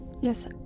Yes